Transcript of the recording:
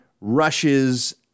rushes